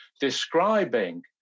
describing